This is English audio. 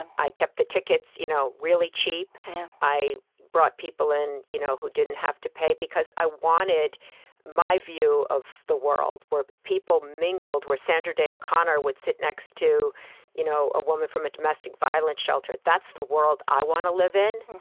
and i kept the tickets you know really cheap i brought people in you know who didn't have to pay, because i wanted my view of the world, where people mingled, where sandra day o'connor would sit next to you know a woman from a domestic violence shelter. that's the world i want to live in,